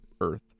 Earth